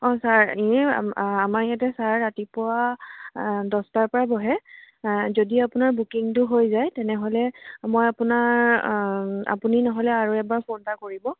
অ' sir আমাৰ ইয়াতে sir ৰাতিপুৱা দহটাৰ পৰা বহে যদি আপোনাৰ বুকিঙটো হৈ যায় তেনেহ'লে মই আপোনাৰ আপুনি নহ'লে আৰু এবাৰ ফোন এটা কৰিব